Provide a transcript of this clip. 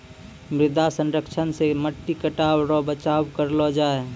मृदा संरक्षण से मट्टी कटाव रो बचाव करलो जाय